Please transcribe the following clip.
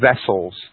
vessels